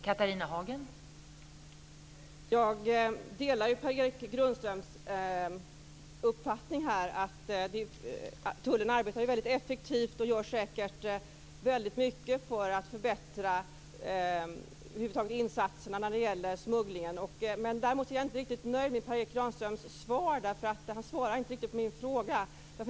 Fru talman! Jag delar Per Erik Granströms uppfattning att tullen arbetar väldigt effektivt och att man säkert gör väldigt mycket för att förbättra insatserna över huvud taget när det gäller smugglingen. Däremot är jag inte riktigt nöjd med Per Erik Granströms svar. Han svarar inte riktigt på min fråga.